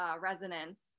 resonance